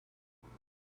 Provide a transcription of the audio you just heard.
three